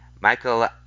Michael